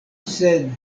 sed